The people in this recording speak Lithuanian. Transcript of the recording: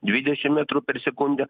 dvidešim metrų per sekundę